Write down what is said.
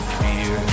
fear